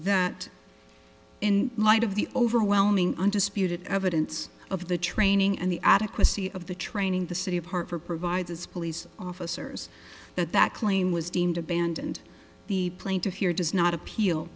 that in light of the overwhelming undisputed evidence of the training and the adequacy of the training the city of hartford provides its police officers that that claim was deemed abandoned the plaintiff here does not appeal